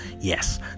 Yes